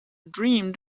dreamed